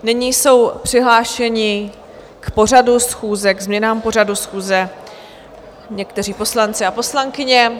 Nyní jsou přihlášeni k pořadu schůze, k změnám pořadu schůze, někteří poslanci a poslankyně.